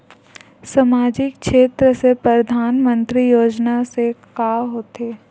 सामजिक क्षेत्र से परधानमंतरी योजना से का होथे?